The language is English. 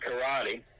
karate